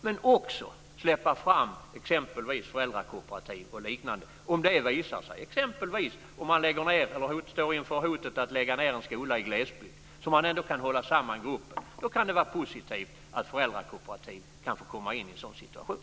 Men man ska också kunna släppa fram t.ex. föräldrakooperativ och liknande. Om man står inför hotet att en skola i glesbygd ska läggas ned kan det vara positivt med ett föräldrakooperativ så att man kan hålla samman gruppen i en sådan situation.